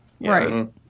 Right